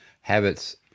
Habits